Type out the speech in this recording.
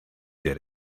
did